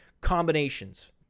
combinations